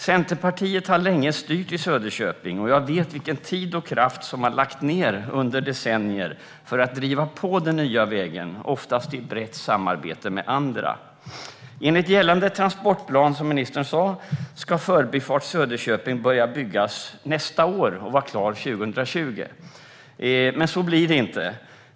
Centerpartiet har länge styrt i Söderköping, och jag vet vilken tid och kraft som man har lagt ned under decennier för att driva på den nya vägen, oftast i brett samarbete med andra. Enligt gällande transportplan, som ministern sa, ska Förbifart Söderköping börja byggas nästa år och vara klar 2020. Men så blir det inte.